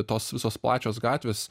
tos visos plačios gatvės